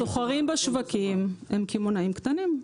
הסוחרים בשווקים הם קמעונאים קטנים.